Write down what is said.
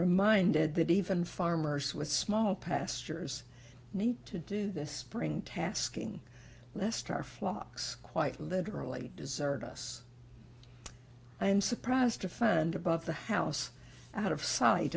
reminded that even farmers with small pastures need to do this bring tasking les tarr flocks quite literally deserted us i am surprised to find above the house out of sight